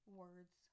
words